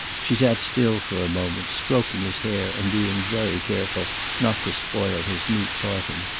she sat still for a moment, stroking his hair and being very careful not to spoil his neat parting.